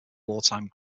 wartime